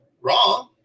wrong